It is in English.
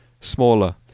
smaller